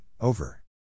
over